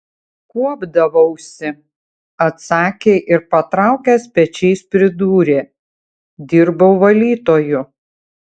kuopdavausi atsakė ir patraukęs pečiais pridūrė dirbau valytoju